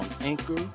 Anchor